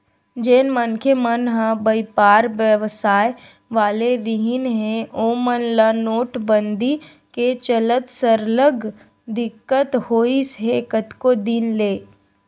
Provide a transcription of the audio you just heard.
जेन मनखे मन ह बइपार बेवसाय वाले रिहिन हे ओमन ल नोटबंदी के चलत सरलग दिक्कत होइस हे कतको दिन ले